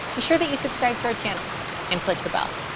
be sure that you subscribe to our channel and click the bell.